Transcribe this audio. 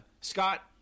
Scott